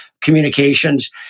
communications